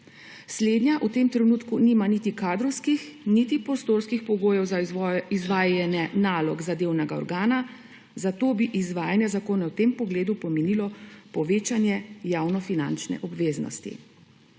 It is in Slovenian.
Slednja v tem trenutku nima niti kadrovskih niti prostorskih pogojev za izvajanje nalog zadevnega organa, zato bi izvajanje zakona v tem pogledu pomenilo povečanje javnofinančne obveznosti.